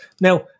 now